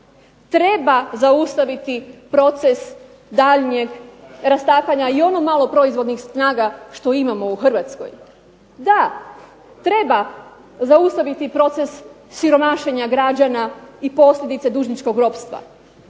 treba zaustaviti proces daljnjeg rastapanja i ono malo proizvodnih snaga što imamo i u Hrvatskoj. Da, treba zaustaviti proces siromašenja građana i posljedice dužničkog ropstva.